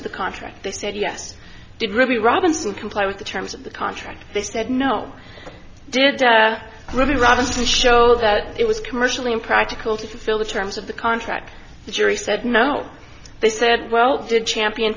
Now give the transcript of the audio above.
of the contract they said yes i did really robinson comply with the terms of the contract they said no did i really rather to show that it was commercially impractical to fill the terms of the contract the jury said no they said well did champion